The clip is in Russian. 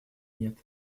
нет